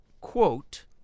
Quote